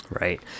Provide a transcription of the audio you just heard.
Right